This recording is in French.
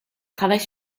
travaille